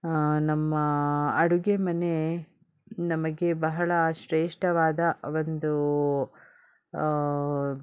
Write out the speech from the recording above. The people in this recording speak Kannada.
ನಮ್ಮ ಅಡುಗೆ ಮನೆ ನಮಗೆ ಬಹಳ ಶ್ರೇಷ್ಠವಾದ ಒಂದು